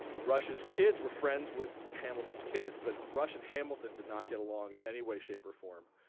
rush's kids were friends with hamilton's kids but rush and hamilton did not get along in any way, shape or form.